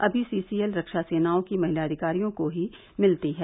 अभी सीसीएल रक्षा सेनाओं की महिला अधिकारियों को ही मिलती है